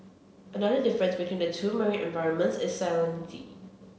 another difference between the two marine environments is